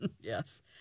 Yes